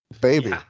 Baby